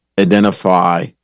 identify